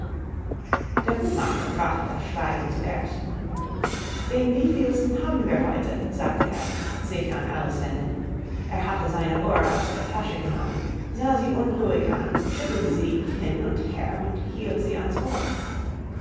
der hutmacher brach das schweigen zuerst den wievielsten haben wir heute sagte er sich an alice wendend er hatte seine uhr aus der tasche genommen sah sie unruhig an schüttelte sie hin und her und hielt sie an's ohr